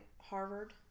Harvard